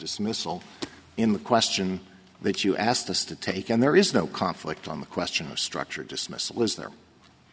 dismissal in the question that you asked us to take and there is no conflict on the question of structure dismissal is there